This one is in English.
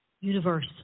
universe